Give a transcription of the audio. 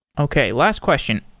okay, last question.